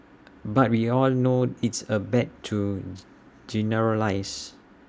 but we all know it's A bad to generalise